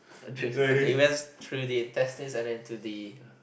trace at events through the intestine and then to the